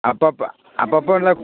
அப்போப்ப அப்போப்ப வந்து